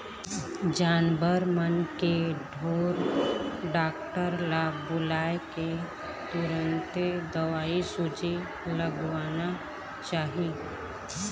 जानवर मन के ढोर डॉक्टर ल बुलाके तुरते दवईसूजी लगवाना चाही